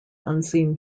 unseen